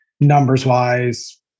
Numbers-wise